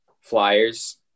Flyers